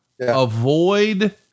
avoid